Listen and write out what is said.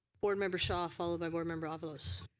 board member shaw followed by board member avalos.